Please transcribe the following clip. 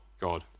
God